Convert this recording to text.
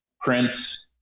Prince